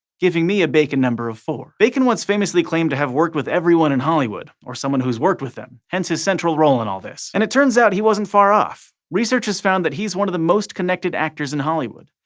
giving me a bacon number of four! bacon once famously claimed to have worked with everyone in hollywood, or someone who's worked with them, hence his central role in all this. and it turns out he wasn't far off. research has found he's one of the most connected actors in hollywood.